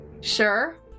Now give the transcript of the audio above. sure